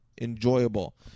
enjoyable